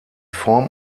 form